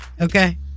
Okay